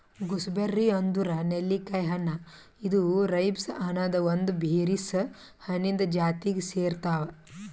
gooseberry ಅಂದುರ್ ನೆಲ್ಲಿಕಾಯಿ ಹಣ್ಣ ಇದು ರೈಬ್ಸ್ ಅನದ್ ಒಂದ್ ಬೆರೀಸ್ ಹಣ್ಣಿಂದ್ ಜಾತಿಗ್ ಸೇರ್ತಾವ್